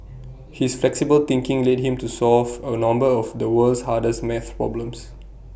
his flexible thinking led him to solve A number of the world's hardest math problems